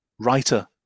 writer